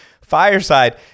Fireside